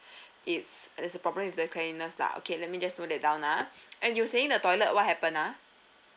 it's and it's the problem with the cleanliness lah okay let me just note that down ah and you were saying the toilet what happen ah